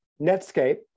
Netscape